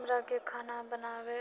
हमराके खाना बनाबै